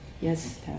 Yes